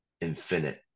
infinite